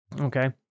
okay